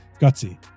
Gutsy